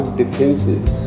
defenses